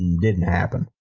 didn't happen.